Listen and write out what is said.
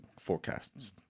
forecasts